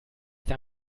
der